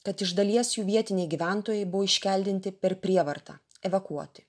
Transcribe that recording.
kad iš dalies jų vietiniai gyventojai buvo iškeldinti per prievartą evakuoti